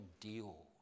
deal